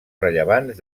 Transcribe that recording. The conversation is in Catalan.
rellevants